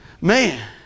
man